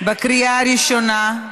בקריאה ראשונה.